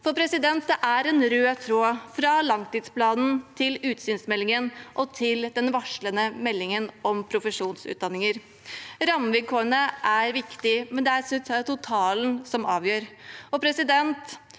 langtidsplanen. Det er en rød tråd fra langtidsplanen til utsynsmeldingen og til den varslede meldingen om profesjonsutdanninger. Rammevilkårene er viktige, men det er totalen som avgjør. Når vi nå